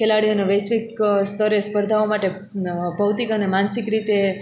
ખેલાડીઓને વૈશ્વિક સ્તરે સ્પર્ધાઓ માટે ભૌતિક અને માનસિક રીતે